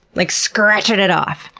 like, scrrrraaatching it off?